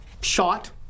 shot